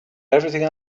everything